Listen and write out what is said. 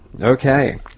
okay